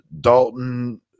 Dalton